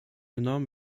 enorm